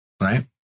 right